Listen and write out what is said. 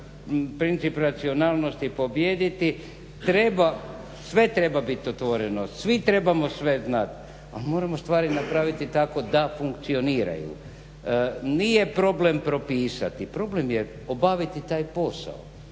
princip racionalnosti pobijediti. Sve treba biti otvoreno, svi trebamo sve znati ali moramo stvari napraviti tako da funkcioniraju. Nije problem propisati, problem je obaviti taj posao.